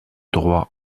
droit